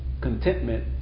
contentment